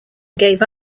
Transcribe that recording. gave